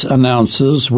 Announces